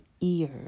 ear